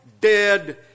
dead